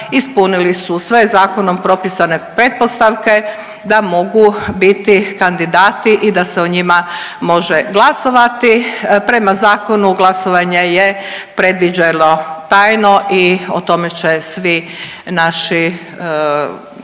ispunili su sve zakonom propisane pretpostavke da mogu biti kandidati i da se o njima može glasovati. Prema zakonu glasovanje je predviđeno tajno i o tome će svi naši